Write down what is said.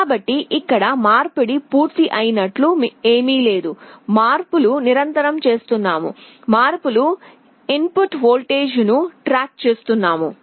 కాబట్టి ఇక్కడ మార్పిడి పూర్తయినట్లు ఏమీ లేదు మార్పులు నిరంతరం చేస్తున్నాము మార్పులు ఇన్ పుట్ వోల్టేజ్ ను ట్రాక్ చేస్తున్నాము